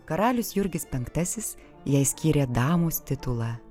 karalius jurgis penktasis jai skyrė damos titulą